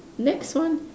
next one